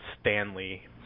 Stanley